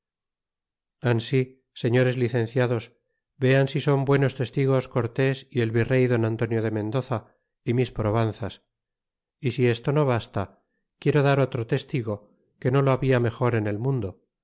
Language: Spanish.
señores licenciados vean si son buenos testigos cortés y el virey don antonio de mendoza y mis probanzas y si esto no basta quiero dar otro testigo que no lo habia mejor en el mundo